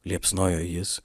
liepsnojo jis